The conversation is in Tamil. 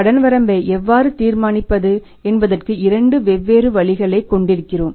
கடன் வரம்பை எவ்வாறு தீர்மானிப்பது என்பதற்கு இரண்டு வெவ்வேறு வழிகளைக் கொண்டிருக்கிறோம்